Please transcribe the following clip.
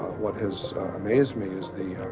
what has amazed me is the